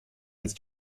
als